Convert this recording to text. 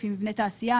לפי מבני תעשייה,